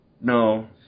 No